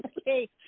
Okay